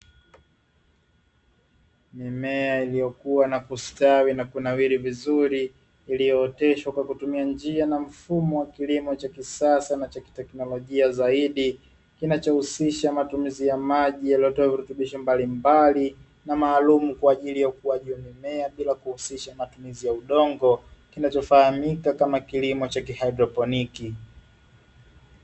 Mimea iliyokua, na kustawi na kunawiri vizuri, iliyooteshwa kwa kutumia njia na mfumo wa kisasa na cha kiteknolojia zaidi, kinachohusisha matumizi ya maji yaliyotiwa virutubisho mbalimbali na maalumu kwa ajili ya ukuji wa mimea bila kuhusisha matumizi ya udongo, kinachofahamika kama kilimo cha "kihydroponic".